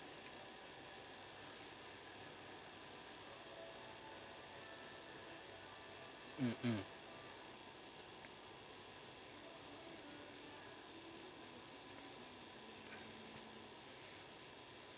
mm mm